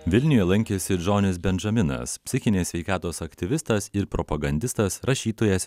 vilniuje lankėsi džonis bendžaminas psichinės sveikatos aktyvistas ir propagandistas rašytojas